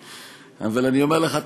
אבל אני אומר לך,